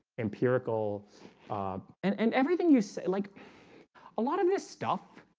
empirical and and everything you say like a lot of this stuff